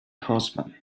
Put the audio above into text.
husband